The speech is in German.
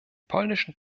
polnischen